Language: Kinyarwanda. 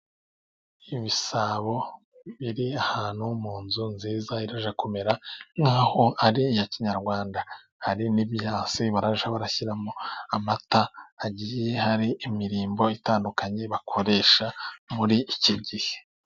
Ibisabo biri ahantu munzu nziza ijya kumera nkaho ari iya kinyarwanda, hari n'ibyansi barajya bashyiramo amata hagiye hari imirimbo itandukanye bakoresha muri iki gihe.